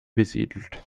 besiedelt